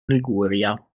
liguria